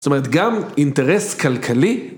זאת אומרת, גם אינטרס כלכלי.